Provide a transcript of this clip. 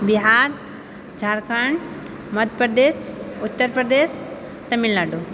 Bihar Jharkhand Madhya Pradesh Uttar Pradesh Tamil Nadu